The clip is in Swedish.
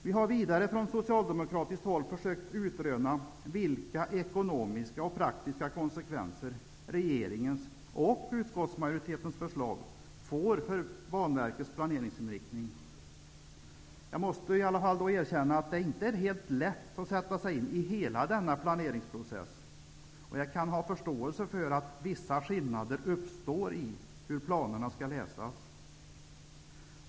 Vi har vidare från socialdemokratiskt håll försökt utröna vilka ekonomiska och praktiska konsekvenser regeringens och utskottsmajoritetens förslag får för Banverkets planeringsinriktning. Jag måste då erkänna att det inte är helt lätt att sätta sig in i hela denna planeringsprocess, och jag kan ha förståelse för att vissa skillnader uppstår när det gäller hur planerna skall läsas.